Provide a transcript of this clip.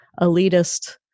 elitist